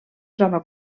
troba